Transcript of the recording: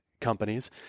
companies